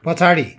पछाडि